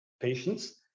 patients